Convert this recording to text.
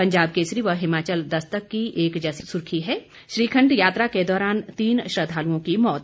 पंजाब केसरी व हिमाचल दस्तक की एक जैसी सुर्खी है श्रीखंड यात्रा के दौरान तीन श्रद्धालुओं की मौत